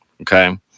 Okay